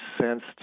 sensed